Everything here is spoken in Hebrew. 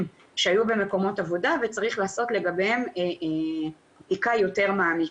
שהיו במקומות עבודה וצריך לעשות לגביהם בדיקה יותר מעמיקה.